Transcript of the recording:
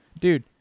Dude